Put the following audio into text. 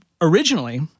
originally